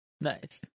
Nice